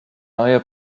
neue